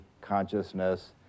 consciousness